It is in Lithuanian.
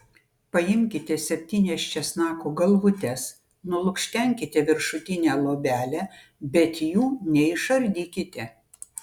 paimkite septynias česnako galvutes nulukštenkite viršutinę luobelę bet jų neišardykite